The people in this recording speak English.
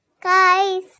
guys